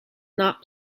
not